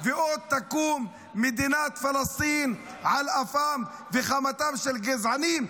ועוד תקום מדינת פלסטין על אפם וחמתם של גזענים,